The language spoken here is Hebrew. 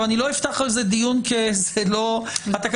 אני לא אפתח על זה דיון, כי זה לא התקנות.